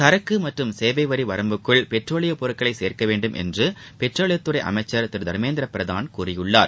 சரக்கு மற்றும் சேவை வரி வரம்புக்குள் பெட்ரோலியப் பொருட்களை சேர்க்க வேண்டும் என்று பெட்ரோலியத்துறை அமைச்சர் திரு தர்மேந்திர பிரதான் கூறியுள்ளார்